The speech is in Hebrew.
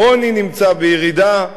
העוני נמצא בירידה.